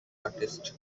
artist